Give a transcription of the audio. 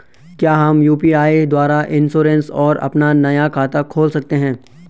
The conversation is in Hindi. क्या हम यु.पी.आई द्वारा इन्श्योरेंस और अपना नया खाता खोल सकते हैं?